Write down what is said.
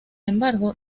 embargo